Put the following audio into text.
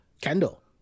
Kendall